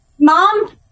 mom